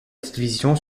télévision